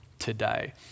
Today